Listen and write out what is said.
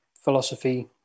philosophy